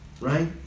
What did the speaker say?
right